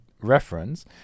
reference